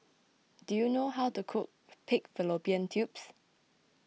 do you know how to cook Pig Fallopian Tubes